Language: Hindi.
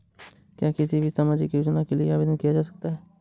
क्या किसी भी सामाजिक योजना के लिए आवेदन किया जा सकता है?